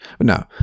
No